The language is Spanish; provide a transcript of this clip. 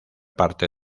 parte